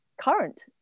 current